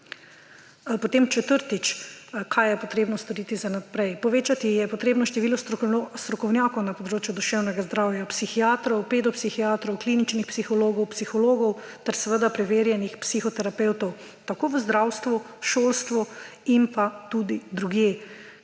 Četrtič – kaj je potrebno storiti za naprej? Povečati je potrebno število strokovnjakov na področju duševnega zdravja: psihiatrov, pedopsihiatrov, kliničnih psihologov, psihologov ter seveda preverjenih psihoterapevtov tako v zdravstvu, šolstvu in tudi drugje.